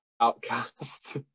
Outcast